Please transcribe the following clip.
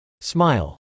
Smile